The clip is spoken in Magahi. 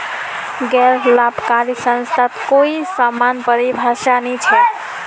गैर लाभकारी संस्थार कोई समान परिभाषा नी छेक